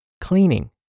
cleaning